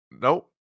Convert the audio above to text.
Nope